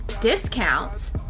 discounts